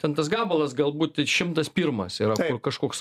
ten tas gabalas galbūt šimtas pirmas yra kažkoks